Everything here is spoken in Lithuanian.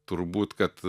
turbūt kad